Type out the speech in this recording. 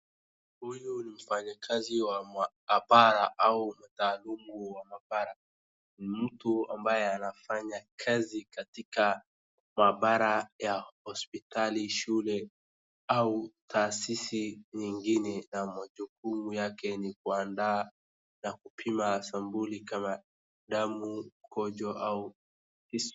Huyu ni mfanyikazi wa maabara au mtaalamu wa maabara. Mtu ambaye anafanya kazi katika maabara ya hospitali, shule au taasisi lingine na majukumu yake ni kuandaa na kupima sampuli kama damu, mkojo au isu.